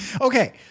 Okay